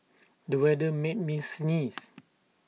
the weather made me sneeze